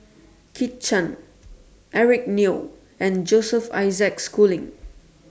Kit Chan Eric Neo and Joseph Isaac Schooling